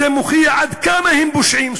וזה מוכיח עד כמה הם פושעים,